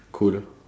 cool